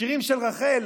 ושירים של רחל.